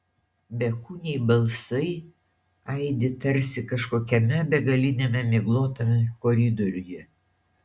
bekūniai balsai aidi tarsi kažkokiame begaliniame miglotame koridoriuje